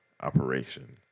operation